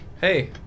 Hey